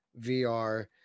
VR